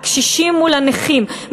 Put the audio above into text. הקשישים מול הנכים,